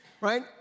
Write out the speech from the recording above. right